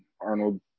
Arnold